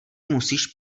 musíš